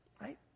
right